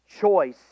choice